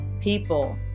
people